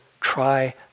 try